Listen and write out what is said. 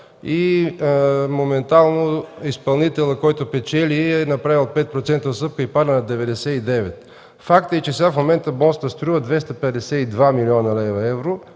и моментално изпълнителят, който печели, е направил 5% отстъпка и пада на 99. Фактът е, че сега в момента мостът струва 252 млн. евро,